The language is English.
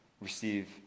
receive